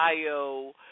Ohio